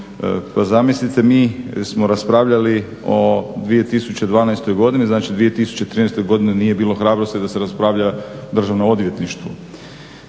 Pa zamislite mi smo raspravljali o 2012.godini znači 2013.godini nije bilo hrabrosti da se raspravlja o Državnom odvjetništvu.